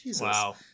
wow